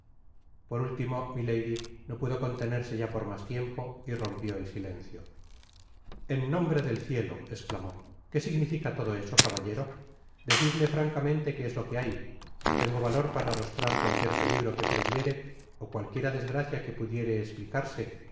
por último milady no pudo contenerse ya por mas tiempo y rompió el silencio en nombre del cielo esclamó qué significa todo eso caballero decidme francamente que es lo que hay yo tengo valor para arrostrar cualquier peligro que previere ó cualquiera desgracia que pudiere esplicarse